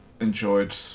enjoyed